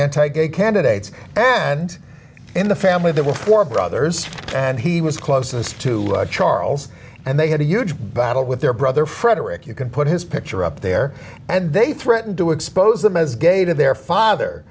anti gay candidates and in the family there were four brothers and he was closest to charles and they had a huge battle with their brother frederick you can put his picture up there and they threatened to expose them as gay to their father